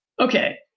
Okay